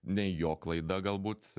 ne jo klaida galbūt